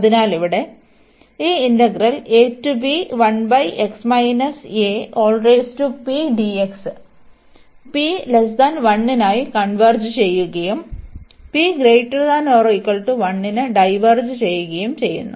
അതിനാൽ ഇവിടെ ഈ ഇന്റഗ്രൽ p 1 നായി കൺവെർജ് ചെയ്യുകയും p≥1 ന് ഡൈവേർജ് ചെയ്യുകയും ചെയ്യുന്നു